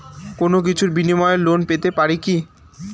কোনো কিছুর বিনিময়ে লোন পেতে পারি কি?